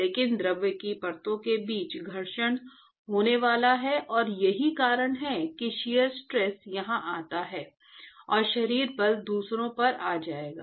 लेकिन द्रव की परतों के बीच घर्षण होने वाला है और यही कारण है कि शियर स्ट्रेस यहां आता है और शरीर बल दूसरे पर आ जाएगा